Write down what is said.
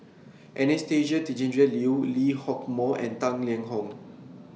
Anastasia Tjendri Liew Lee Hock Moh and Tang Liang Hong